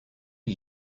are